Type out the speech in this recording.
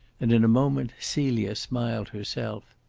and in a moment celia smiled herself.